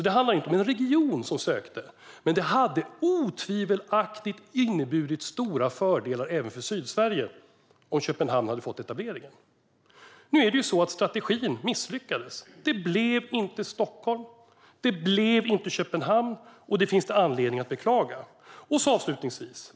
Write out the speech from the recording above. Det handlar inte om en region som sökte, men det hade otvivelaktigt inneburit stora fördelar även för Sydsverige om Köpenhamn hade fått etableringen. Nu är det så att strategin misslyckades. Det blev inte Stockholm, och det blev inte Köpenhamn. Och det finns det anledning att beklaga.